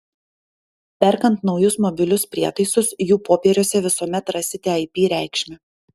perkant naujus mobilius prietaisus jų popieriuose visuomet rasite ip reikšmę